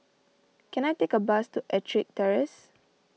can I take a bus to Ettrick Terrace